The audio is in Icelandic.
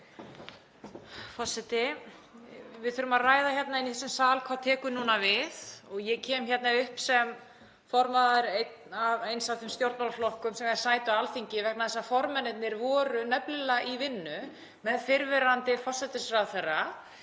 Forseti. Við þurfum að ræða hérna inni í þessum sal hvað tekur núna við. Ég kem hingað upp sem formaður eins af þeim stjórnmálaflokkum sem eiga sæti á Alþingi vegna þess að formennirnir voru nefnilega í vinnu með fyrrverandi hæstv. forsætisráðherra